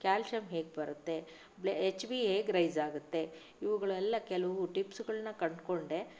calcium ಹೇಗೆ ಬರುತ್ತೆ ಬ ಎಚ್ ಬಿ ಹೇಗೆ ರೈಸ್ ಆಗುತ್ತೆ ಇವುಗಳೆಲ್ಲ ಕೆಲವು ಟಿಪ್ಸ್ಗಳನ್ನು ಕಂಡುಕೊಂಡೆ